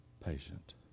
patient